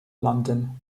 london